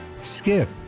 Skip